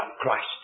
Christ